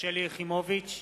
שלי יחימוביץ,